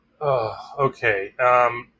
Okay